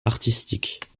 artistique